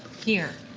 here.